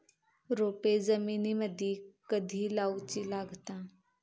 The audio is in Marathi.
रोपे जमिनीमदि कधी लाऊची लागता?